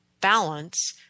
balance